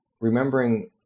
remembering